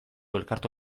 elkartu